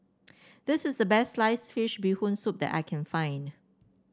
this is the best slice fish Bee Hoon Soup that I can find